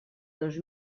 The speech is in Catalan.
dos